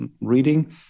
reading